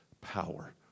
power